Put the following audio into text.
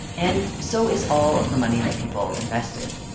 and so is all of the money that people invested.